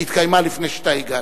התקיימו לפני שאתה הגעת.